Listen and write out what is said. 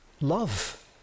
love